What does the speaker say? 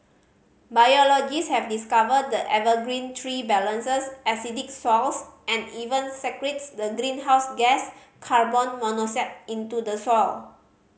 biologist have discovered the evergreen tree balances acidic south and even secrets the greenhouse gas carbon monoxide into the soil